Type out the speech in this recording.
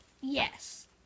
Yes